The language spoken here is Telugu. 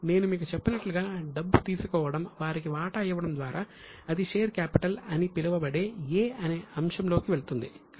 నేను మీకు చెప్పినట్లుగా డబ్బు తీసుకోవటం వారికి వాటా ఇవ్వడం ద్వారా అది షేర్ కాపిటల్ అని పిలువబడే 'a' అనే అంశంలో కి వెళుతుంది